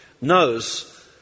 knows